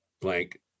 blank